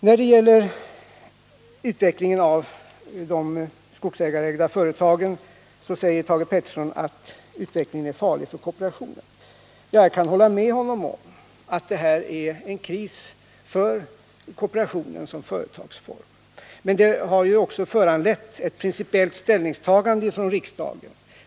När det gäller utvecklingen av de skogsägarägda företagen säger Thage Peterson att denna utveckling är farlig för kooperationen. Jag kan hålla med honom om att detta är en kris för kooperationen som företagsform. Men det har ju också föranlett ett principiellt ställningstagande från riksdagen.